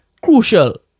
crucial